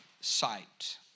sight